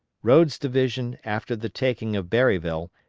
rodes' division, after the taking of berryville,